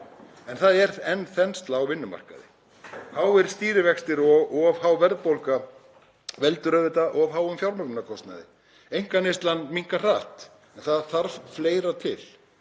en það er enn þensla á vinnumarkaði. Háir stýrivextir og of há verðbólga valda auðvitað of háum fjármögnunarkostnaði. Einkaneyslan minnkar hratt en það þarf fleira til,